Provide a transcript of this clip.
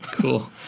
Cool